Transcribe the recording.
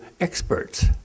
experts